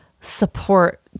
support